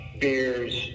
beers